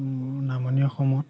নামনি অসমত